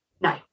No